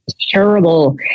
terrible